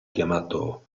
chiamato